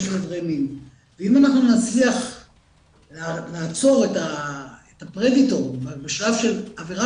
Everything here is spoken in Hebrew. ואם אנחנו נצליח לעצור את הפרדיטור בשלב של עבירה